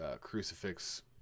Crucifix